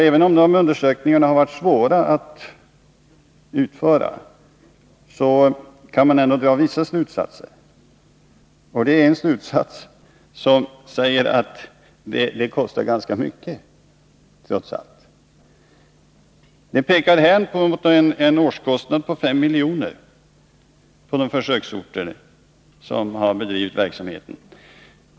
Även om de undersökningarna har varit svåra att utföra, kan man dra vissa slutsatser. En slutsats är att verksamheten trots allt kostar ganska mycket. Undersökningen pekar hän mot en årskostnad på ca 5 milj. på de försöksorter som har bedrivit närradioverksamhet.